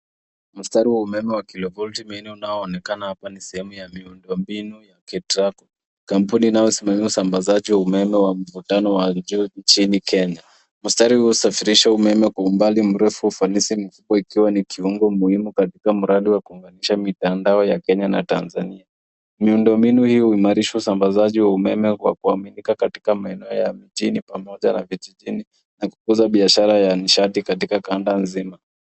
Mstari wa umeme wa kilovolti mingi unaoonekana hapa ni sehemu ya miundombinu ya Ketrraco, kampuni inayosimamia usambazaji wa umeme wa mvutano wa nchini Kenya. Mstari huu husafirisha umeme kwa umbali mrefu wa ufanisi ikiwa ni kiungo muhimu katika mradi wa kuunganisha mitandao ya Kenya na Tanzania. Miundombinu hii huimarisha uambazaji wa umeme kwa kuaminika katika maeneo ya mijini pamoja na vijijini na kukuza biashara ya nishati katika kanda nzima.